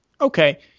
okay